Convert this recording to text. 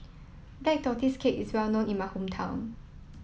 Black Tortoise Cake is well known in my hometown